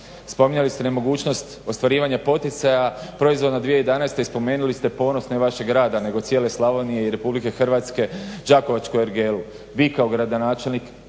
Spominjali ste nemogućnost ostvarivanja poticaja, proizvodna 2011. i spomenuli ste ponos ne vašeg grada nego cijele Slavonije i Republike Hrvatske Đakovačku ergelu. Vi kao gradonačelnik